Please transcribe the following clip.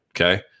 Okay